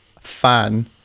fan